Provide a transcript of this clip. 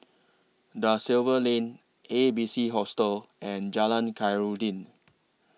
DA Silva Lane A B C Hostel and Jalan Khairuddin